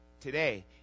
today